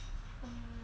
um